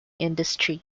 industry